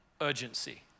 urgency